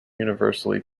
universally